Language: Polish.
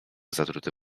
zatruty